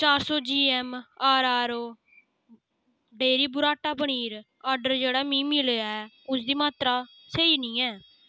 चार सौ G M R R O dairy burrata paneer order जेह्ड़ा मिगी मिलेआ ऐ उसदी मात्तरा स्हेई निं ऐ